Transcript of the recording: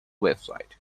website